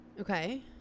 Okay